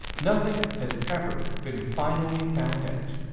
nothing has ever been finally found out.